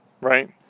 right